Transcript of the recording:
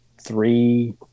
three